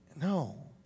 No